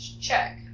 check